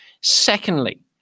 Secondly